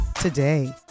today